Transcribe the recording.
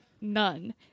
none